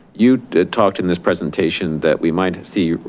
you talked in this presentation that we might see